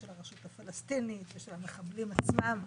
של הרשות הפלסטינית ושל המחבלים עצמם.